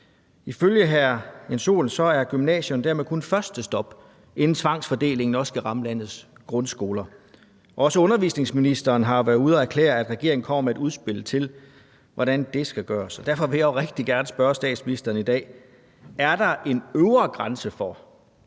Ifølge hr. Jens Joel er gymnasierne dermed kun første stop, inden tvangsfordelingen også skal ramme landets grundskoler. Også undervisningsministeren har været ude at erklære, at regeringen kommer med et udspil til, hvordan det skal gøres, og derfor vil jeg rigtig gerne spørge statsministeren i dag: Er der en øvre grænse for,